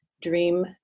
dream